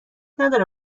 نداره